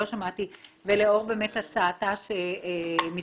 לא שמעתי ולאור באמת הצעתה שמשרד